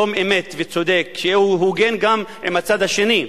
שלום-אמת צודק שהוא הוגן גם עם הצד השני,